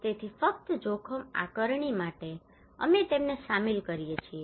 તેથી ફક્ત જોખમ આકારણી માટે અમે તેમને શામેલ કરીએ છીએ